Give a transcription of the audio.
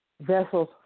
vessels